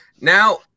now